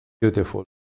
beautiful